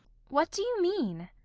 what do you mean?